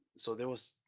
so there was,